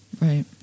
Right